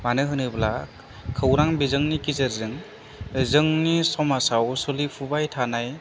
मानो होनोब्ला खौरां बिजोंनि गेजेरजों जोंनि समाजाव सोलिफुबाय थानाय